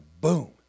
boom